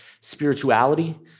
spirituality